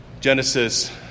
Genesis